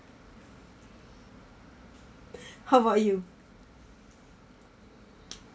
how about you